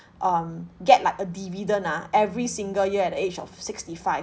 um get like a dividend ah every single year at the age of sixty five